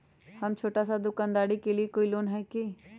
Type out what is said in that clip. हम छोटा सा दुकानदारी के लिए कोई लोन है कि?